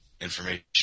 information